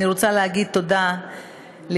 אני רוצה להגיד תודה לידיד